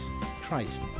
Christ